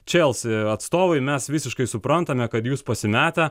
chelsea atstovai mes visiškai suprantame kad jūs pasimetę